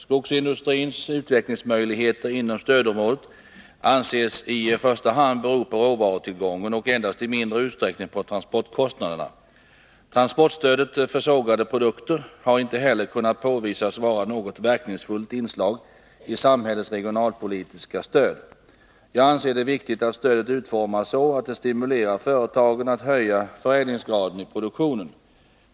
Skogsindustrins utvecklingsmöjligheter inom stödområdet anses i första hand bero på råvarutillgången och endast i mindre utsträckning på transportkostnaderna. Transportstödet för sågade produkter har inte heller kunnat påvisas vara något verkningsfullt inslag i samhällets regionalpolitiska stöd. Jag anser det viktigt att stödet utformas så att det stimulerar företagen att höja förädlingsgraden i produktionen.